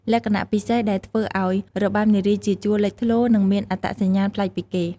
លក្ខណៈពិសេសដែលធ្វើឱ្យរបាំនារីជាជួរលេចធ្លោ និងមានអត្តសញ្ញាណប្លែកពីគេ។